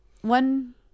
one